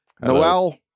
Noel